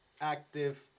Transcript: active